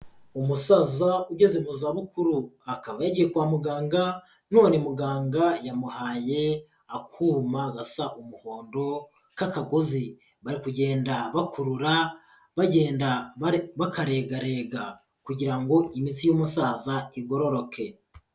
Umusaza ugeze mu zabukuru, akaba yagiye kwa muganga none muganga yamuhaye akuma gasa umuhondo k'akagozi, bari kugenda bakurura, bagenda bakarerega kugira ngo imiti y'umusaza igororoke.